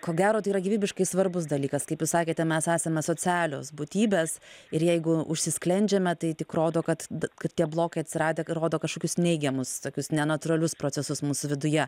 ko gero tai yra gyvybiškai svarbus dalykas kaip jūs sakėte mes esame socialios būtybės ir jeigu užsisklendžiame tai tik rodo kad d kad tie blokai atsiradę rodo kažkokius neigiamus tokius nenatūralius procesus mūsų viduje